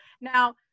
Now